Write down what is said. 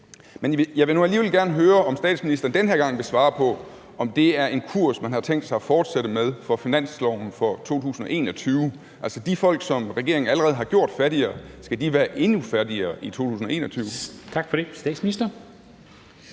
Men jeg vil nu alligevel gerne høre, om statsministeren den her gang vil svare på, om det er en kurs, man har tænkt sig at fortsætte med for finansloven for 2021? Altså, skal de folk, som regeringen allerede har gjort fattigere, være endnu fattigere i 2021? Kl. 00:06 Formanden